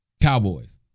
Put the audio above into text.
Cowboys